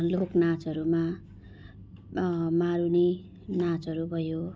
लोक नाचहरूमा मारुनी नाचहरू भयो